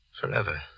Forever